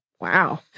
Wow